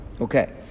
Okay